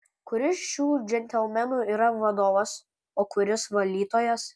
kuris šių džentelmenų yra vadovas o kuris valytojas